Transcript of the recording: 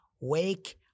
Wake